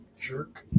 jerk